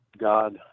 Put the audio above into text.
God